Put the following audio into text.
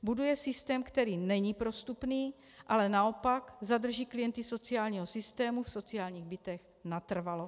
Buduje systém, který není prostupný, ale naopak zadrží klienty sociálního systému v sociálních bytech natrvalo.